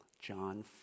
John